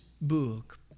book